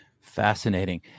Fascinating